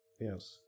Yes